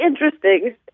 interesting